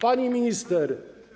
Pani Minister!